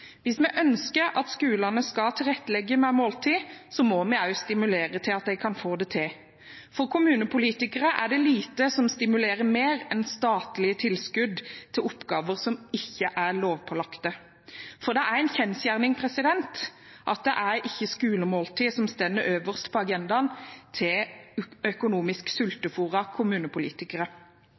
Hvis vi ønsker at skolene skal tilrettelegge med måltid, må vi også stimulere til at de kan få det til. For kommunepolitikere er det lite som stimulerer mer enn statlige tilskudd til oppgaver som ikke er lovpålagte. For det er en kjensgjerning at det er ikke skolemåltid som står øverst på agendaen til økonomisk sultefôrede kommunepolitikere.